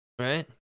Right